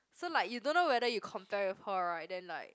so like you don't know whether you compare with her right then like